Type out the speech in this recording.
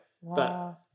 Wow